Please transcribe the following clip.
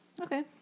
Okay